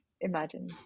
imagine